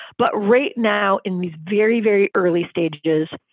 but right now, in these very, very early stages,